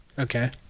Okay